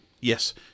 Yes